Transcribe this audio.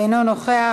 אינו נוכח.